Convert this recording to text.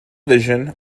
vision